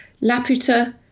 Laputa